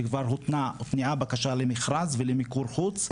כבר הותנעה בקשה למכרז ולמיקור חוץ,